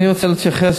אני רוצה להתייחס